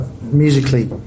musically